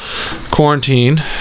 quarantine